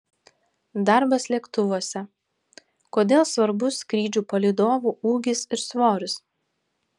darbas lėktuvuose kodėl svarbus skrydžių palydovų ūgis ir svoris